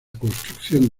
construcción